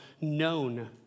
known